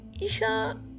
Isha